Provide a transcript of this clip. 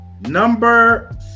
number